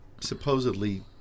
supposedly